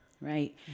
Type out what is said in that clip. right